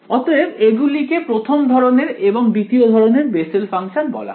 অতএব এগুলিকে প্রথম ধরনের এবং দ্বিতীয় ধরনের বেসেল ফাংশন বলা হয়